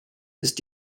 ist